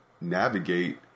navigate